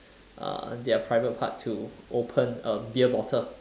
uh their private part to open a beer bottle